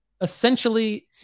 essentially